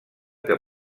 que